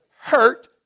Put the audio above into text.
hurt